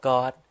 God